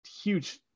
huge